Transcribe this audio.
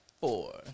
four